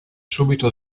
subito